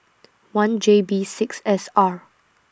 one J B six S R